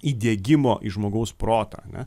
įdiegimo į žmogaus protą ane